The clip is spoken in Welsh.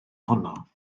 honno